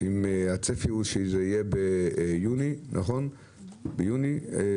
אם הצפי שזה יהיה ביוני 2022,